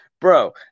Bro